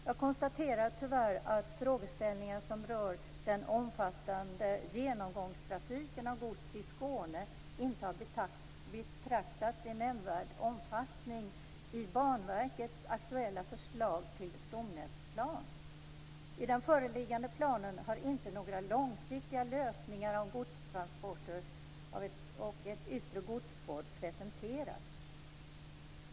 Jag konstaterar tyvärr att frågeställningen som rör den omfattande genomgångstrafiken av gods i Skåne inte har beaktats i nämnvärd omfattning i Banverkets aktuella förslag till stomnätsplan. I den föreliggande planen har inte några långsiktiga lösningar för godstransporter och ett yttre godsspår presenterats.